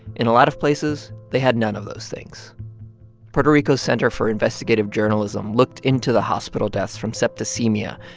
in a lot of places, they had none of those things puerto rico's center for investigative journalism looked into the hospital deaths from septicemia,